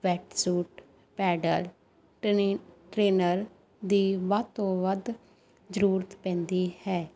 wet suit paddle ਟਨਨ trainer ਦੀ ਵੱਧ ਤੋਂ ਵੱਧ ਜ਼ਰੂਰਤ ਪੈਂਦੀ ਹੈ